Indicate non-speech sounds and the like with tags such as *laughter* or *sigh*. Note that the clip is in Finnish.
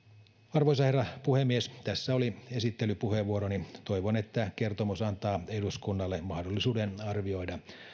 arvoisa herra puhemies tässä oli esittelypuheenvuoroni toivon että kertomus antaa eduskunnalle mahdollisuuden arvioida *unintelligible*